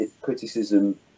criticism